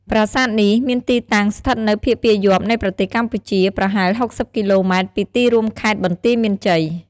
ប្រាសាទនេះមានទីតាំងស្ថិតនៅភាគពាយព្យនៃប្រទេសកម្ពុជា ប្រហែល ៦០ គីឡូម៉ែត្រពីទីរួមខេត្តបន្ទាយមានជ័យ។